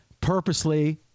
purposely